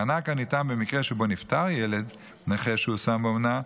מענק הניתן במקרה שבו נפטר ילד נכה שהושם באומנה,